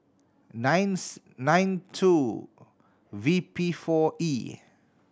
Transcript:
nine nine two V P four E